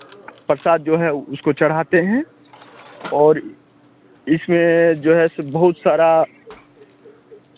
प्रसाद जो है उसको चढ़ाते हैं और इसमें जो है सो बहुत सारा